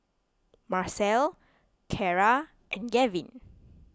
Marcel Cara and Gavin